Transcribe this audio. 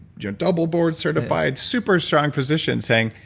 you know double-board certified, super strong physician saying,